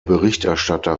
berichterstatter